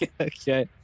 Okay